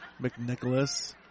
McNicholas